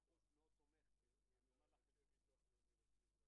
אני מנהלת תחום מילואים בביטוח הלאומי.